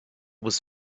was